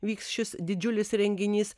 vyks šis didžiulis renginys